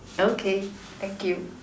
okay thank you